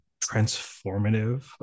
transformative